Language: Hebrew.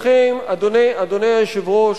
אדוני היושב-ראש,